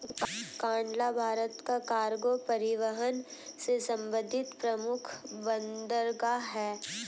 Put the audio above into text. कांडला भारत का कार्गो परिवहन से संबंधित प्रमुख बंदरगाह है